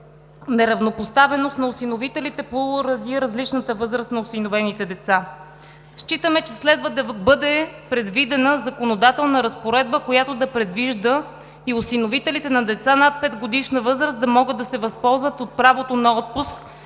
неравнопоставеност на осиновителите поради различната възраст на осиновените деца. Считаме, че следва да бъде предвидена законодателна разпоредба, която да предвижда и осиновителите на деца над 5-годишна възраст да могат да се възползват от правото на отпуск